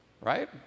Right